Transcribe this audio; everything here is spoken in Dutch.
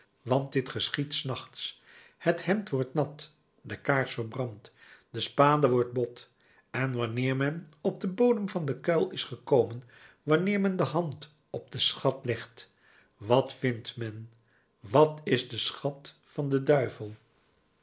want dit geschiedt s nachts het hemd wordt nat de kaars verbrandt de spade wordt bot en wanneer men op den bodem van den kuil is gekomen wanneer men de hand op den schat legt wat vindt men wat is de schat van den duivel